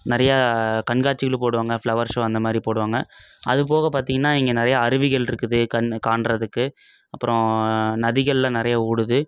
நிறையா கண்காட்சிகளும் போடுவாங்க ஃப்ளவர் ஷோ அந்தமாதிரி போடுவாங்க அதுபோக பார்த்திங்கனா இங்கே நிறையா அருவிகள் இருக்குது கண்ணு காணுறதுக்கு அப்பறம் நதிகள்லாம் நிறைய ஓடுது